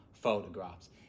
photographs